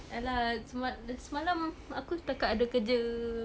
ya lah sema~ semalam aku setakat ada kerja